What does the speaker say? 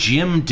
Jim